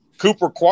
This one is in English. Cooper